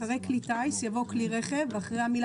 אחרי "כלי טיס" יבוא "כלי רכב" ואחרי המילה